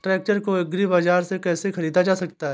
Tractor को agri Bazaar से कैसे ख़रीदा जा सकता हैं?